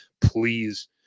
please